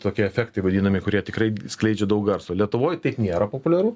tokie efektai vadinami kurie tikrai skleidžia daug garso lietuvoj taip nėra populiaru